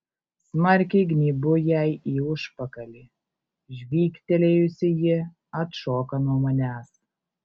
smarkiai gnybu jai į užpakalį žvygtelėjusi ji atšoka nuo manęs